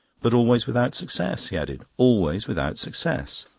but always without success, he added, always without success.